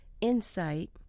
insight